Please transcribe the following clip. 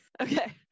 Okay